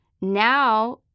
Now